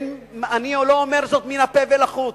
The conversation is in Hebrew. ואני לא אומר זאת מן הפה ולחוץ.